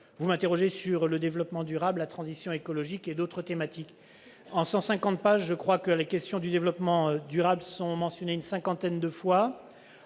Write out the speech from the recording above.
vous m'interrogez sur le développement durable, la transition écologique et d'autres thématiques. En 150 pages, il me semble que le développement durable est mentionné une cinquantaine de fois,